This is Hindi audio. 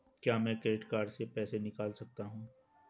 क्या मैं क्रेडिट कार्ड से पैसे निकाल सकता हूँ?